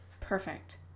perfect